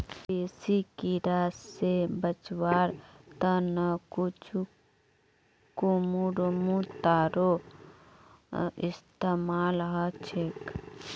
बेसी कीरा स बचवार त न कुछू कुकुरमुत्तारो इस्तमाल ह छेक